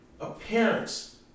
appearance